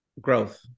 growth